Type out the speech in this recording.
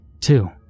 two